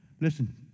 Listen